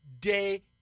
day